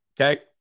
Okay